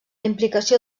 implicació